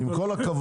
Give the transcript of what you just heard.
עם כל הכבוד.